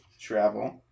Travel